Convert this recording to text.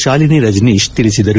ಶಾಲಿನಿ ರಜನೀಶ್ ತಿಳಿಸಿದರು